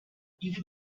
even